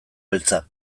beltza